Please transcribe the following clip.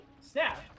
snap